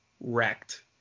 wrecked